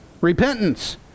Repentance